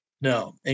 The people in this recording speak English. No